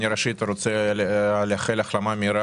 ראשית הייתי רוצה לאחל החלמה מהירה